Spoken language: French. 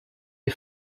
des